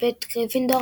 בית גריפינדור,